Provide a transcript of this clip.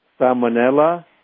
Salmonella